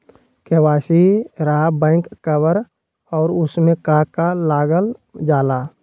KYC रहा back cover और उसमें का का लागल जाला?